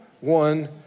one